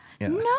No